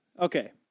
Okay